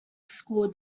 school